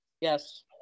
Yes